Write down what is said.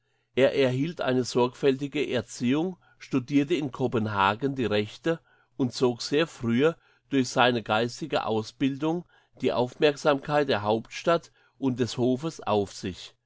er erhielt eine sorgfältige erziehung studirte in kopenhagen die rechte und zog sehr frühe durch seine geistige ausbildung die aufmerksamkeit der hauptstadt und des hofes auf sich